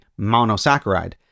monosaccharide